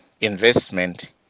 investment